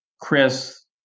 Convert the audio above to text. Chris